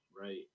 right